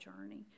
journey